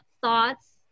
thoughts